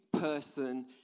person